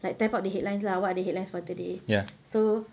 like type out the headlines lah like what are the headlines for today so